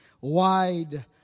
wide